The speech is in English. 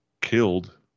killed